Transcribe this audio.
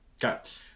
Got